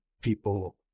people